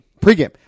Pre-game